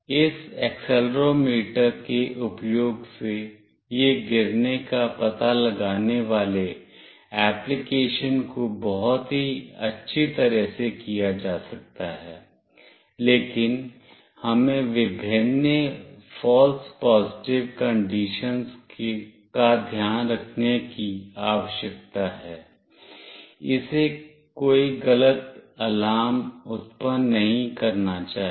इस एक्सेलेरोमीटर के उपयोग से यह गिरने का पता लगाने वाले एप्लीकेशन को बहुत अच्छी तरह से किया जा सकता है लेकिन हमें विभिन्न फॉल्स पॉजिटिव कंडीशनस का ध्यान रखने की आवश्यकता है इसे कोई गलत अलार्म उत्पन्न नहीं करना चाहिए